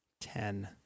Ten